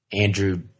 Andrew